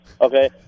Okay